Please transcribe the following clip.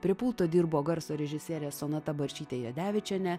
prie pulto dirbo garso režisierė sonata barčytė jadevičienė